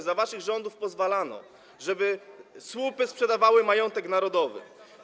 Za waszych rządów pozwalano, żeby słupy sprzedawały majątek narodowy.